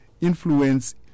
influence